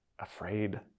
afraid